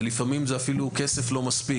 ולפעמים הכסף לא מספיק.